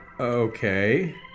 Okay